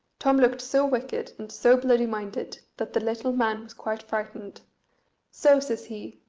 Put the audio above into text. tom looked so wicked and so bloody-minded that the little man was quite frightened so says he,